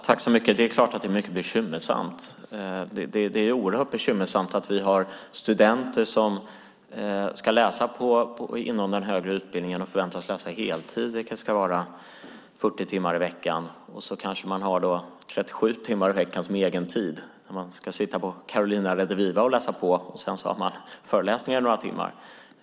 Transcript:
Fru talman! Det är klart att det är bekymmersamt. Det är oerhört bekymmersamt att studenter som förväntas läsa heltid inom den högre utbildningen, vilket ska vara 40 timmar i veckan, kanske har 37 timmar i veckan som är egen tid. Då ska man sitta på Carolina Rediviva och läsa på, och sedan har man föreläsningar några timmar.